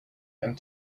and